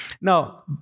Now